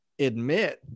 Admit